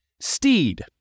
Steed